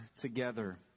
together